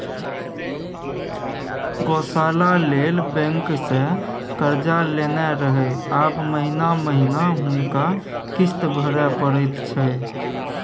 गौशाला लेल बैंकसँ कर्जा लेने रहय आब महिना महिना हुनका किस्त भरय परैत छै